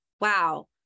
wow